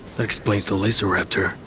that explains the laser-raptor.